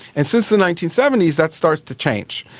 and since the nineteen seventy s that starts to change.